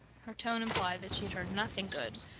her tone implied that she had heard nothing good.